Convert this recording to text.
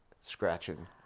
scratching